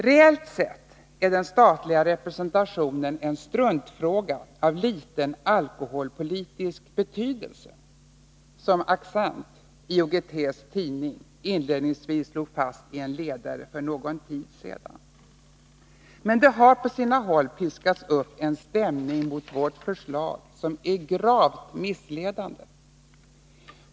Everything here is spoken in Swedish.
”Reellt sett är den statliga representationen en struntfråga av liten alkoholpolitisk betydelse” , som Accent-IOGT:s tidning —- inledningsvis slog fast i en ledare för en tid sedan. Men det har på sina håll piskats upp en stämning mot vårt förslag, en stämning som är gravt missledande.